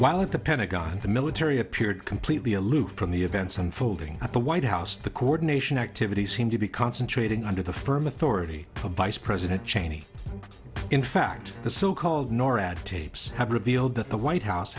while at the pentagon the military appeared completely aloof from the events unfolding at the white house the coordination activities seem to be concentrating under the firm authority of vice president cheney in fact the so called norad tapes have revealed that the white house